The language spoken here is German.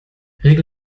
regel